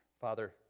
Father